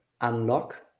unlock